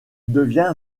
devient